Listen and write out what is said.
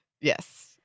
Yes